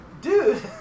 dude